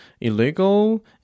illegal